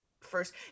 first